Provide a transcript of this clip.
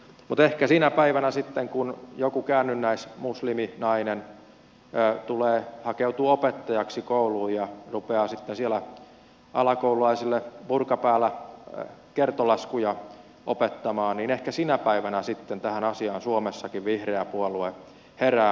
mutta ehkä sinä päivänä sitten kun joku käännynnäismusliminainen hakeutuu opettajaksi kouluun ja rupeaa sitten siellä alakoululaisille burka päällä kertolaskuja opettamaan niin ehkä sinä päivänä sitten tähän asiaan suomessakin vihreä puolue herää